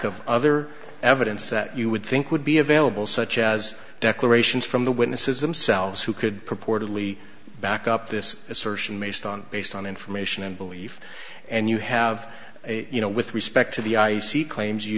of other evidence that you would think would be available such as declarations from the witnesses themselves who could purportedly back up this assertion maced on based on information and belief and you have a you know with respect to the i c claims you